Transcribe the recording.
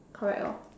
correct lor